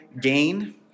gain